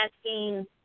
asking